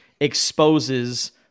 exposes